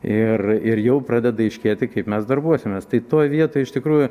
ir ir jau pradeda aiškėti kaip mes darbuosimės tai toj vietoj iš tikrųjų